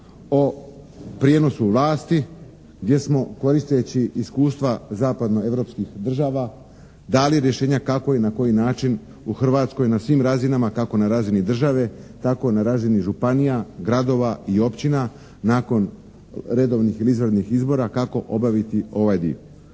o prijenosu vlasti gdje smo koristeći iskustva zapadno-europskih država dali rješenja kako i na koji način u Hrvatskoj na svim razinama, kako na razini države tako i na razini županija, gradova i općina nakon redovnih ili izvanrednih izbora kako obaviti ovaj dio.